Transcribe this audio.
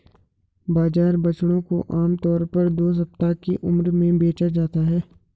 बाजार बछड़ों को आम तौर पर दो सप्ताह की उम्र में बेचा जाता है